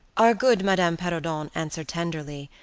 our good madame perrodon answered tenderly,